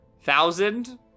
thousand –